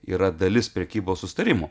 yra dalis prekybos susitarimų